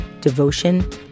Devotion